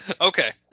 Okay